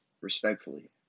respectfully